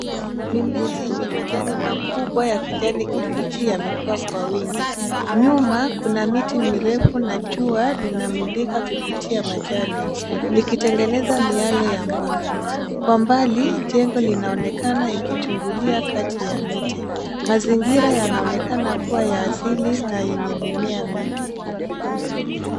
Mimea yenye majani makubwa ya kijani kibichi yamekua kwa wingi. Nyuma kuna miti mirefu na jua linamulika kupitia majani likitengeneza miale ya jua. Kwa mbali jengo linaonekana ikichugulia kati ya miti. Mazingira yanaonekana kuwa ya asili na yenye mimea mingi.